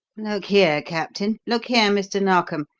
look here, captain, look here, mr. narkom,